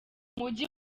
umujyi